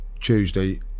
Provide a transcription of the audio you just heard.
Tuesday